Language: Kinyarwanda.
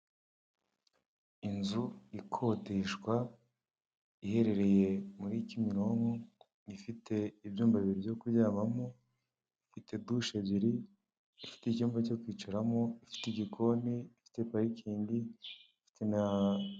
Inzu ikodeshwa iherereye muri Kimirinko ifite ibyumba bibiri byo kuryamamo, ifite dushe ebyiri, ifite icyumba cyo kwicaram, ifite igikoni, ifite parikingi, ifite na.